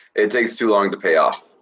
it takes too long to pay off.